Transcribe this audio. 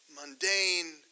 mundane